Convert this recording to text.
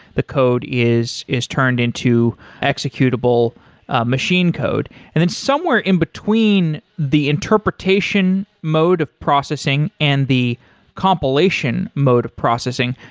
the code is is turned into executable ah machine code and then somewhere in between the interpretation mode of processing and the compilation mode of processing,